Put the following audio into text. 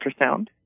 ultrasound